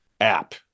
app